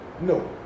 No